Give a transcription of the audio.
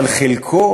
אבל חלקו